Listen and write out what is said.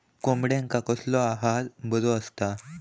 कोंबड्यांका कसलो आहार बरो असता?